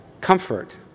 comfort